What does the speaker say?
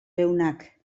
deunak